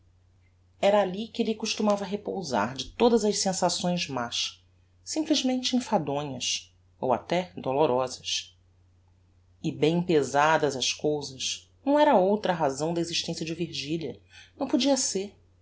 era alli que elle costumava repousar de todas as sensações más simplesmente enfadonhas ou até dolorosas e bem pesadas as cousas não era outra a razão da existencia de virgilia não podia ser